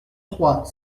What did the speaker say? trois